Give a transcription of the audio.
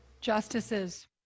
Justices